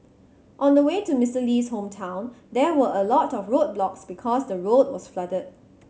on the way to Mister Lee's hometown there were a lot of roadblocks because the road was flooded